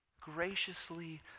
graciously